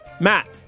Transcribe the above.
Matt